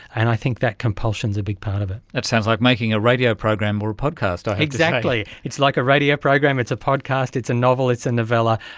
and i think that compulsion is a big part of it. that sounds like making a radio program or a podcast. exactly, it's like a radio program, it's a podcast, it's a novel, it's a novella,